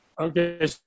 okay